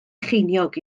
cheiniog